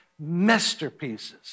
masterpieces